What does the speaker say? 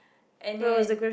and then